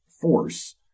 force